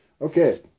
Okay